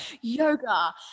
yoga